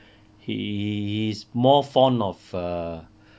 he is more fond of err